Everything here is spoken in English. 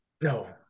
No